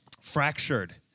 fractured